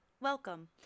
Welcome